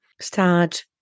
start